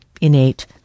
innate